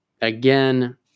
again